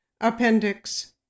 Appendix